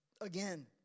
again